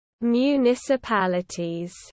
municipalities